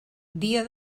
dia